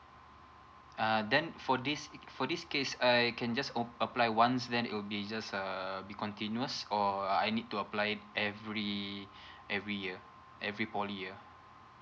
uh then for this for this case I can just o~ apply once then it will be just err be continuous or I need to apply it every year every year every poly year